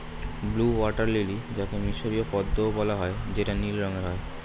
blue water lily যাকে মিসরীয় পদ্মও বলা হয় যেটা নীল রঙের হয়